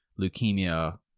leukemia